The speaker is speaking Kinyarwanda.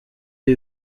ibi